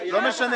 כן.